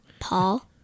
Paul